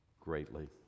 greatly